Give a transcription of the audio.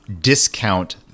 discount